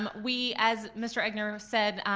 um we, as mr. egnor said,